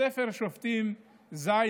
בספר שופטים ז'